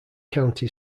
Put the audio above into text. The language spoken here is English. county